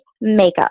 makeup